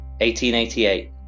1888